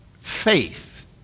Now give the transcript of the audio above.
faith